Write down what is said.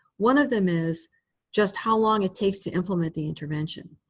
one of them is just how long it takes to implement the intervention.